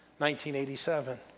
1987